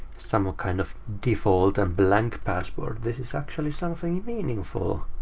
some ah kind of default and blank password. this is actually something meaningful.